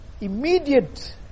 immediate